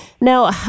Now